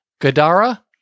Gadara